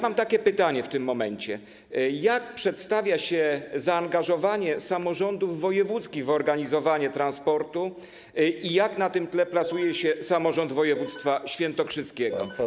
Mam takie pytanie: Jak przedstawia się zaangażowanie samorządów wojewódzkich w organizowaniu transportu i jak na tym tle plasuje się samorząd województwa świętokrzyskiego?